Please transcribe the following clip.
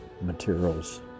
materials